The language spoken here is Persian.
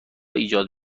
ایجاد